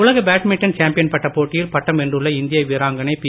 உலக badminton champion பட்டப் போட்டியில் பட்டம் வென்றுள்ள இந்திய வீராங்கனை பி